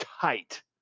tight